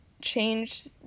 change